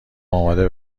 آماده